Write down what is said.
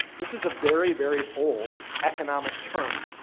this is a very very old economic term.